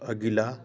अगिला